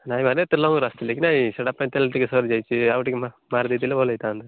ନାଇଁ ମାନେ ତେଲ ଭରିବାକୁ ଆସିଲି କି ନାଇଁ ସେଇଟା ପାଇଁ ତେଲ ଟିକେ ସରି ଯାଇଛି ଆଉ ଟିକେ ମା ମାରି ଦେଇଥିଲେ ଭଲ ହେଇଥାନ୍ତା